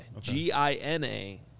G-I-N-A